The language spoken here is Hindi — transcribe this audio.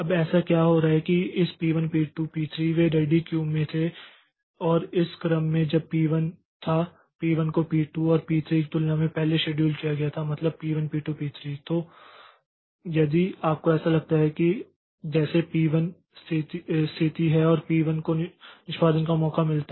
अब ऐसा क्या हो रहा है कि इस P1 P2 P3 वे रेडी क्यू में थे और इस क्रम में जब P1 था P1 को P2 और P3 की तुलना में पहले शेड्यूल किया गया था मतलब P1 P2 P3 तो यदि आपको ऐसा लगता है जैसे P1 स्थिति है और P1 को निष्पादन का मौका मिलता है